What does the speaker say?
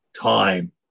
time